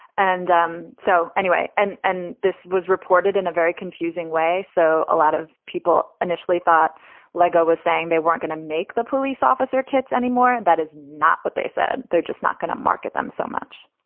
and um so anyway, and and this was reported in a very confusing way. so a lot of people initially thought lego was saying they weren't going to make the police officer kits anymore. and that is not what they said. they're just not going to market them so much.